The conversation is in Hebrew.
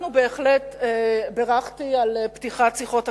אנחנו בהחלט, בירכתי על פתיחת שיחות הקרבה,